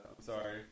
sorry